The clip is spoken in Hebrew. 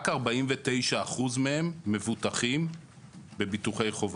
רק 49% מהם מבוטחים בביטוחי חובה.